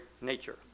nature